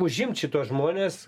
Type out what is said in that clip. užimt šituos žmones